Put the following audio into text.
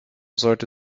sollte